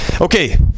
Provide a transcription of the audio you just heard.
Okay